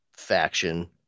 faction